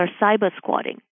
cyber-squatting